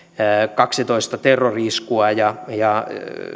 kaksitoista terrori iskua ja ja